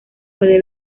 puede